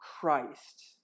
Christ